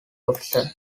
officer